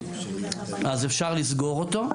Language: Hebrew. אז אפשר לסגור אותו.